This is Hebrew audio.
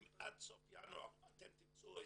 אם עד סוף ינואר את ם תמצאו,